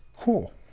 cool